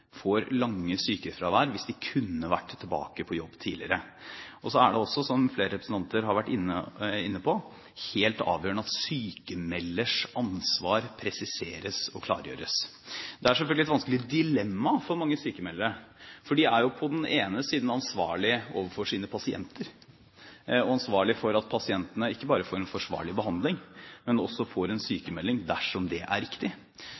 får lange sykefravær hvis de kunne vært tilbake på jobb tidligere. Så er det også, som de to tidligere representanter har vært inne på, helt avgjørende at sykmelders ansvar presiseres og klargjøres. Det er selvfølgelig et vanskelig dilemma for mange sykmeldere, for de er på den ene siden ansvarlige overfor sine pasienter og ansvarlige for at pasientene ikke bare får en forsvarlig behandling, men også får en sykmelding dersom det er riktig.